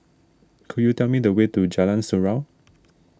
could you tell me the way to Jalan Surau